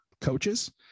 coaches